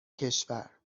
کشور